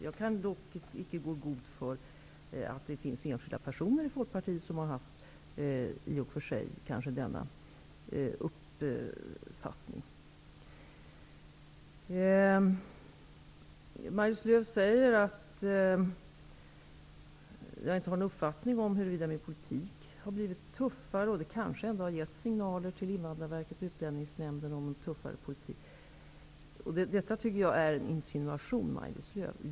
Jag kan icke gå i god för att det inte har funnits enskilda personer i Folkpartiet som i och för sig har haft denna uppfattning. Maj-Lis Lööw säger att jag har inte givit uttryck för någon uppfattning om huruvida min politik har blivit tuffare. Hon menar att det har givits signaler till Invandrarverket och Utlänningsnämnden om tuffare politik. Jag anser att det är en insinuation.